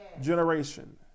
generation